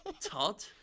Todd